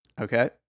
Okay